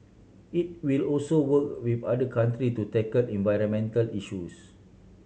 it will also work with other country to tackle environmental issues